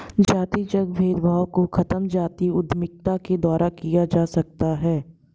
जातिगत भेदभाव को खत्म जातीय उद्यमिता के द्वारा किया जा सकता है